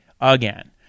again